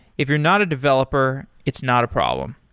if you're not a developer, it's not a problem.